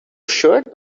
shirt